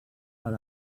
per